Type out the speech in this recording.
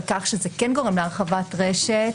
שזה כן גורם להרחבת רשת,